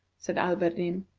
said alberdin.